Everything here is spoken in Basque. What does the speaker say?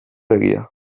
egia